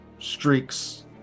streaks